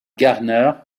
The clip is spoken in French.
garner